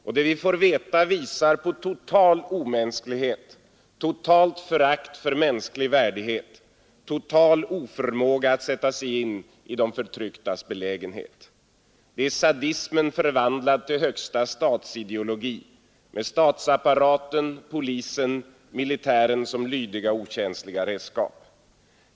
Och det vi får veta visar på total omänsklighet, totalt förakt för mänsklig värdighet, total oförmåga att sätta sig in i de förtrycktas belägenhet. Det är sadismen förvandlad till högsta statsideologi med statsapparaten, polisen, militären, som lydiga och okänsliga redskap.